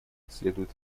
следует